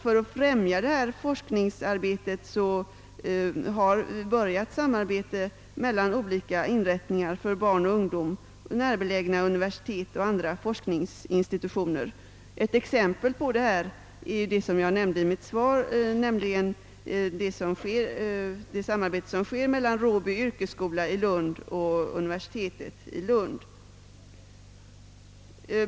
För att främja en sådan forskning har det redan inletts ett samarbete mellan å ena sidan inrättningar för barnaoch ungdomsvården på vissa orter och å andra sidan närbelägna universitet och andra forskningsinstitutioner. Ett exempel härpå nämnde jag i mitt svar, nämligen det samarbete som äger rum mellan Råby yrkesskola och Lunds universitet.